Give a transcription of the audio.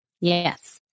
Yes